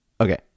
Okay